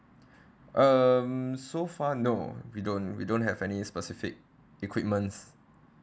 um so far no we don't we don't have any specific equipments